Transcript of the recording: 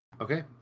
Okay